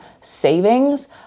savings